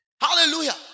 Hallelujah